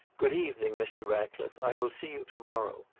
good evening, mr. ratcliffe. i will see you to-morrow.